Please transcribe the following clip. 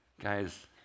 Guys